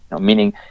meaning